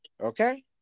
Okay